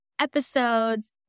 episodes